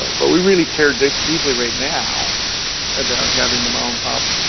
but, we really care deeply deeply right now about having the mom and pop,